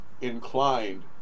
inclined